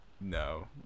No